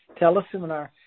teleseminar